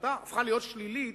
שהפכה להיות שלילית,